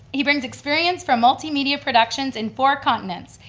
he brings experience from multimedia productions in four continents,